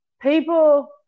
people